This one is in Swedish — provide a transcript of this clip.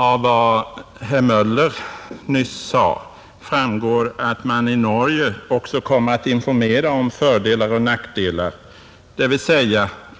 Av vad herr Möller nyss sade fmgår att man i Norge också kommer att informera om fördelar och nackdelar, dvs.